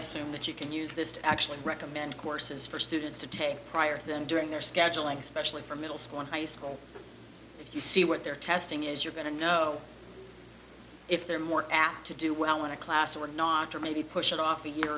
assume that you can use this to actually recommend courses for students to take prior to them during their scheduling especially for middle school and high school if you see what they're testing is you're going to know if they're more apt to do well in a class or not or maybe push it off a year